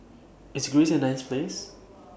IS Greece A nice Place